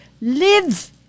live